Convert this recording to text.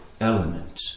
element